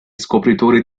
scopritore